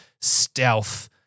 stealth